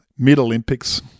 mid-Olympics